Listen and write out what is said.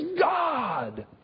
God